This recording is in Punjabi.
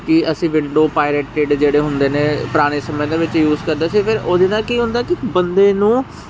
ਕਿ ਅਸੀਂ ਵਿੰਡੋ ਪਾਇਰੇਟਡ ਜਿਹੜੇ ਹੁੰਦੇ ਨੇ ਪੁਰਾਣੇ ਸਮੇਂ ਦੇ ਵਿੱਚ ਯੂਜ ਕਰਦੇ ਸੀ ਫਿਰ ਉਹਦੇ ਨਾਲ ਕੀ ਹੁੰਦਾ ਕਿ ਬੰਦੇ ਨੂੰ